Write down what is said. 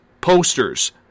posters